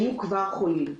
היו כבר חולים.